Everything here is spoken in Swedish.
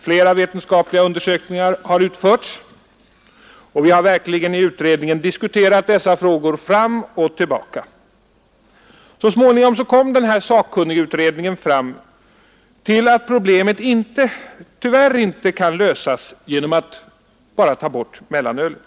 Flera vetenskapliga undersökningar har utförts, och vi har i utredningen verkligen diskuterat dessa frågor fram och tillbaka. Så småningom kom sakkunnigutredningen fram till att problemet tyvärr inte kan lösas bara med att ta bort mellanölet.